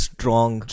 Strong